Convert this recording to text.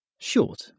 Short